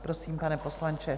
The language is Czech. Prosím, pane poslanče.